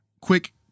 quick